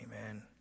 Amen